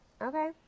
Okay